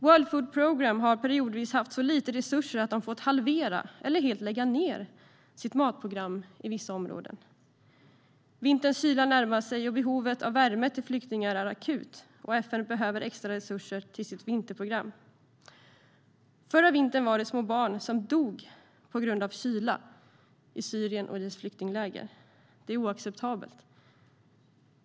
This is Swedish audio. World Food Programme har periodvis haft så lite resurser att de fått halvera eller helt lägga ned sitt matprogram i vissa områden. Vinterns kyla närmar sig, behovet av värme till flyktingar är akut och FN behöver extra resurser till sitt vinterprogram. Förra vintern dog små barn på grund av kyla i Syrien och i flyktingläger. Det är oacceptabelt.